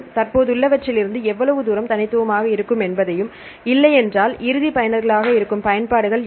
தற்போதுள்ளவற்றிலிருந்து எவ்வளவு தூரம் தனித்துவமாக இருக்கும் என்பதையும் இல்லையென்றால் இறுதி பயனர்களாக இருக்கும் பயன்பாடுகள் என்ன